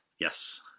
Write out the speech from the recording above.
Yes